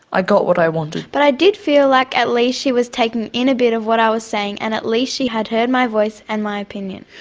i got what i wanted. but i did feel like at least she was taking in a bit of what i was saying, and at least she had heard my voice and my opinion.